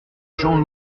jean